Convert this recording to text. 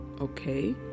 Okay